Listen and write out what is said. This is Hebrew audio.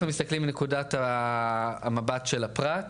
אנחנו מסתכלים מנקודת המבט של הפרט,